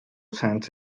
cents